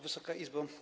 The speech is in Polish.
Wysoka Izbo!